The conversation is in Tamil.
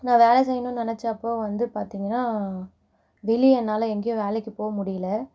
நான் வேலை செய்யணுன் நினச்சப்போ வந்து பார்த்திங்கனா வெளியே என்னால் எங்கேயும் வேலைக்கு போக முடியல